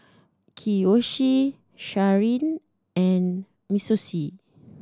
Kiyoshi Sharyn and